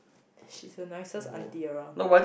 she's the nicest auntie around